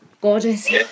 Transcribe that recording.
Gorgeous